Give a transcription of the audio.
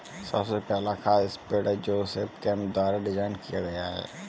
सबसे पहला खाद स्प्रेडर जोसेफ केम्प द्वारा डिजाइन किया गया था